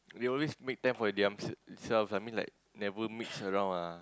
they always make time for them~ themselves I mean like never mix around ah